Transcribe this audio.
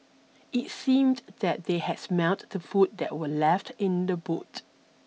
it seemed that they had smelt the food that were left in the boot